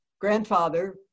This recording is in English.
grandfather